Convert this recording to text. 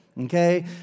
okay